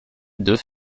deux